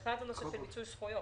אחד זה נושא של מיצוי זכויות.